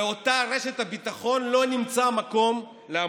באותה רשת הביטחון לא נמצא מקום לעמותות.